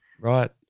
right